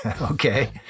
Okay